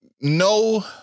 no